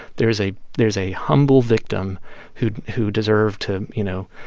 there's a there's a humble victim who who deserved to, you know,